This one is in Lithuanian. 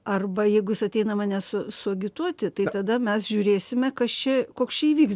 arba jeigu jis ateina mane su suagituoti tada mes žiūrėsime kas čia koks čia įvyks